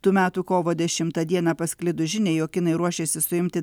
tų metų kovo dešimtą dieną pasklidus žiniai jog kinai ruošiasi suimti